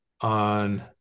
on